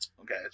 okay